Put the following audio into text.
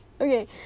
Okay